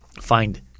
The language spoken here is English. find